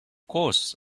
course